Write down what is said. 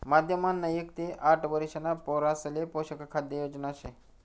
माध्यम अन्न एक ते आठ वरिषणा पोरासले पोषक खाद्य योजना शे